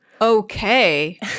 Okay